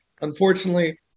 Unfortunately